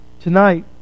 Tonight